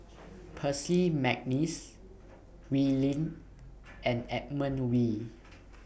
Percy Mcneice Wee Lin and Edmund Wee